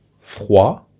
froid